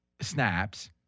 snaps